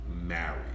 married